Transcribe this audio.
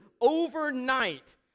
overnight